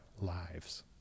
lives